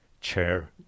chair